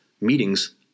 meetings